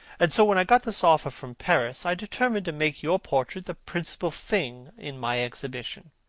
and so when i got this offer from paris, i determined to make your portrait the principal thing in my exhibition.